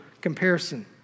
comparison